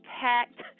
packed